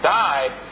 died